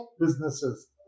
businesses